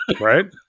Right